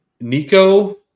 Nico